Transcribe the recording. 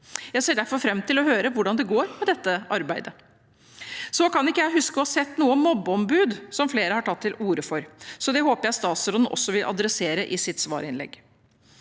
Jeg ser derfor fram til å høre hvordan det går med dette arbeidet. Jeg kan ikke huske å ha sett noe om et mobbeombud, som flere har tatt til orde for, så det håper jeg statsråden vil ta opp i sitt svarinnlegg.